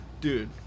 dude